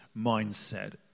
mindset